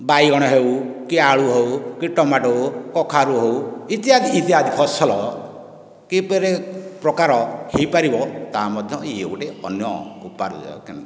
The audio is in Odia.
ବାଇଗଣ ହେଉ କି ଆଳୁ ହେଉ କି ଟମାଟୋ ହେଉ କଖାରୁ ହେଉ ଇତ୍ୟାଦି ଇତ୍ୟାଦି ଫସଲ କିପରି ପ୍ରକାର ହେଇପାରିବ ତା' ମଧ୍ୟ ଇଏ ଗୋଟିଏ ଅନ୍ୟ ଉପାର୍ଜନ